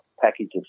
package